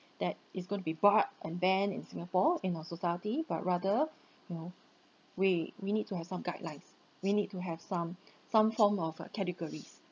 that is going to be barred and banned in singapore in our society but rather you know we we need to have some guidelines we need to have some some form of uh categories